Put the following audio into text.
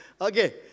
Okay